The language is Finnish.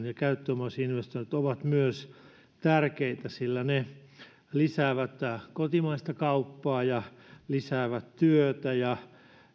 ja käyttöomaisuusinvestoinnit ovat tärkeitä sillä ne lisäävät kotimaista kauppaa ja lisäävät työtä ja